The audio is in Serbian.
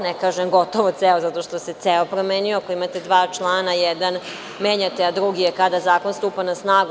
Ne kažem gotovo ceo, zato što se ceo promenio, imate dva člana, jedan menjate, a drugi je kada zakon stupa na snagu.